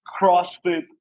CrossFit